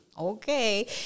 okay